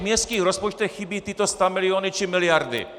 A v městských rozpočtech chybí tyto stamiliony či miliardy.